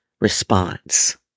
response